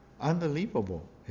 Unbelievable